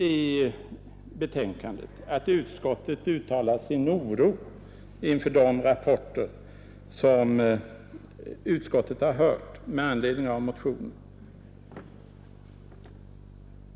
I betänkandet uttalar utskottet också sin oro inför de rapporter som utskottet med anledning 83 av motionen studerat.